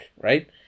right